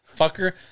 Fucker